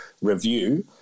review